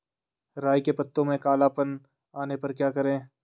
राई के पत्तों में काला पन आने पर क्या करें?